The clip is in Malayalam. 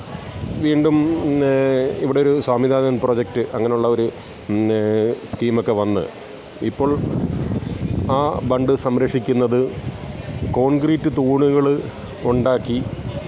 വീണ്ടും ഇവിടെയൊരു സാമിനാഥൻ പ്രോജക്ട് അങ്ങനെയുള്ള ഒരു സ്കീം ഒക്കെ വന്ന് ഇപ്പോൾ ആ ബണ്ട് സംരക്ഷിക്കുന്നത് കോൺക്രീറ്റ് തൂണുകൾ ഉണ്ടാക്കി